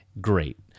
Great